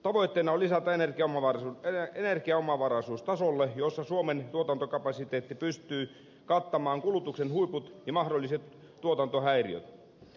tavoitteena on lisätä energiaomavaraisuus tasolle jolla suomen tuotantokapasiteetti pystyy kattamaan kulutuksen huiput ja mahdolliset tuotantohäiriöt